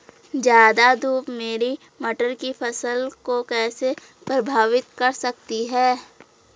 ज़्यादा धूप मेरी मटर की फसल को कैसे प्रभावित कर सकती है?